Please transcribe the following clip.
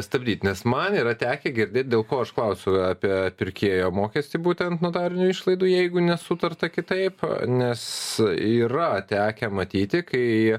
stabdyt nes man yra tekę girdėt dėl ko aš klausiu apie pirkėjo mokestį būtent notarinių išlaidų jeigu nesutarta kitaip nes yra tekę matyti kai